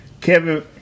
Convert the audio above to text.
Kevin